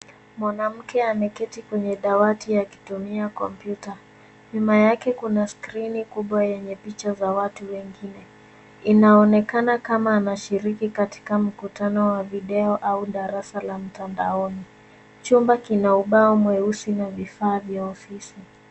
Mwanamke ameketi kwenye dawati akitumia kompyuta. Nyuma yake kuna skrini kubwa yenye picha za watu wengine. Inaonekana kama anashiriki katika mkutano wa video au darasa la mtandaoni. Chumba kina ubao mweusi na vifaa vya ofisi.